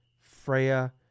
Freya